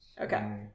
okay